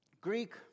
Greek